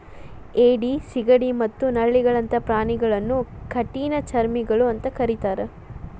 ಏಡಿ, ಸಿಗಡಿ ಮತ್ತ ನಳ್ಳಿಗಳಂತ ಪ್ರಾಣಿಗಳನ್ನ ಕಠಿಣಚರ್ಮಿಗಳು ಅಂತ ಕರೇತಾರ